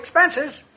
expenses